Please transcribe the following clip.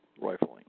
rifling